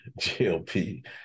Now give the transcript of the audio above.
JLP